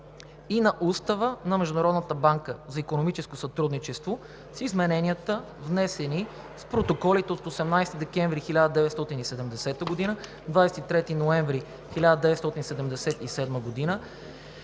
и на Устава на Международната банка за икономическо сътрудничество (с измененията, внесени с протоколите от 18 декември 1970 г., 23 ноември 1977 г.